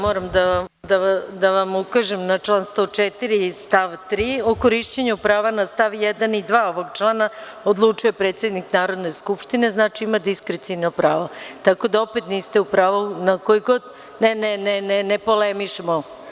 Moram da vam ukažem na član 104. i stav 3. – o korišćenju prava na stav 1. i stav 2. ovog člana odlučuje predsednik Narodne skupštine, što znači da ima diskreciono pravo, tako da opet niste u pravu. (Marko Đurišić, s mesta: Povreda Poslovnika.) Ne, ne polemišemo.